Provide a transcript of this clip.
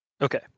Okay